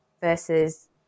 versus